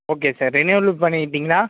okay sir renewal பண்ணிக்கிட்டீங்களா